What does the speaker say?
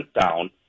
down